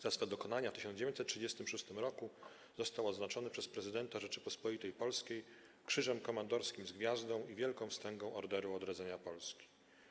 Za swe dokonania w 1936 roku został odznaczony przez prezydenta Rzeczypospolitej Polskiej Krzyżem Komandorskim z Gwiazdą i Wielką Wstęgą Orderu Odrodzenia Polski.